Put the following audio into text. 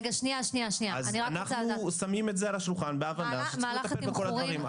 אז אנחנו שמים את זה על השולחן בהבנה שצריך לטפל בכל הדברים.